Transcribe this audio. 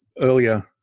earlier